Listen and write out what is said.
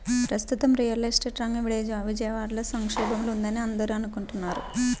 ప్రస్తుతం real estate రంగం విజయవాడలో సంక్షోభంలో ఉందని అందరూ అనుకుంటున్నారు